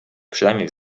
przynajmniej